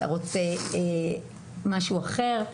אם אתה רוצה משהו אחר.